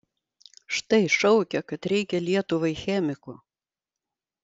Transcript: štai šaukia kad reikia lietuvai chemikų